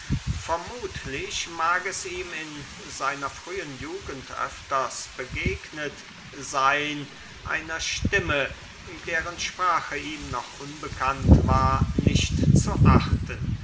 vermuthlich mag es ihm in seiner frühen jugend öfters begegnet seyn einer stimme deren sprache ihm noch unbekannt war nicht zu achten